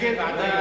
נגד, זה לוועדה.